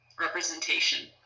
representation